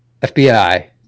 FBI